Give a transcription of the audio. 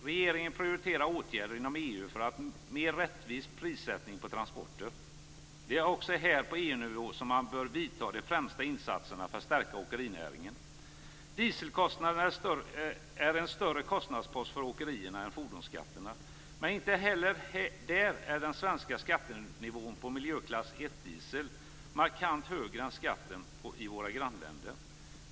Regeringen prioriterar åtgärder inom EU för en mer rättvis prissättning på transporter. Det är också här, på EU-nivå, som man bör göra de främsta insatserna för att stärka åkerinäringen. Dieselkostnaderna är en större kostnadspost för åkerierna än fordonsskatterna. Men inte heller där är den svenska skattenivån på miljöklass 1-diesel markant högre än skatten i våra grannläder.